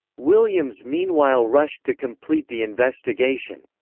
williams meanwhile rushed to complete the investigation.